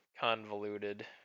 convoluted